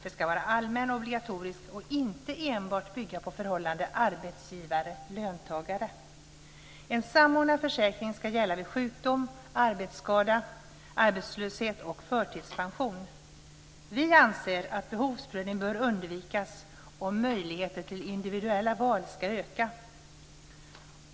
Den ska vara allmän och obligatorisk och inte enbart bygga på förhållandet arbetsgivare-löntagare. En samordnad försäkring ska gälla vid sjukdom, arbetsskada, arbetslöshet och förtidspension. Vi anser att behovsprövning bör undvikas och möjligheter till individuella val ska öka.